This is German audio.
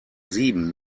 sieben